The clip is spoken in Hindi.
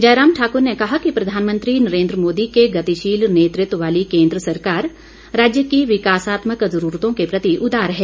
जयराम ठाकुर ने कहा कि प्रधानमंत्री नरेंद्र मोदी के गतिशील नेतृत्व वाली केंद्र सरकार राज्य की विकासात्मक जरूरतों के प्रति उदार है